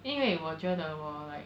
因为我觉得我 like